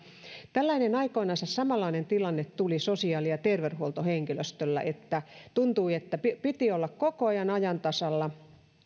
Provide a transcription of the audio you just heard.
tällainen samanlainen tilanne tuli sosiaali ja terveydenhuoltohenkilöstöllä että tuntui että piti olla koko ajan ajan tasalla